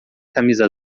camisa